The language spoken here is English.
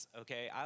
okay